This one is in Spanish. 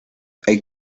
hay